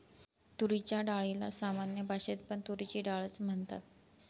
तुरीच्या डाळीला सामान्य भाषेत पण तुरीची डाळ च म्हणतात